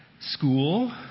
school